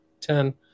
Ten